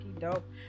dope